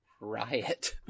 riot